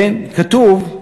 כתוב,